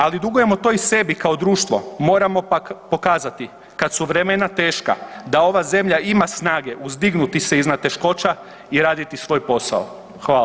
Ali dugujemo to i sebi kao društvo, moramo pokazati kad su vremena teška da ova zemlja ima snage uzdignuti se iznad teškoća i raditi svoj posao.